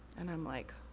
and i'm like.